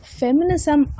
feminism